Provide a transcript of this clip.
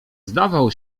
zdawał